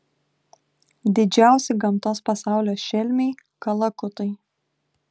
didžiausi gamtos pasaulio šelmiai kalakutai